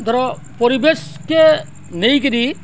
ଧର ପରିବେଶ୍କେ ନେଇକିରି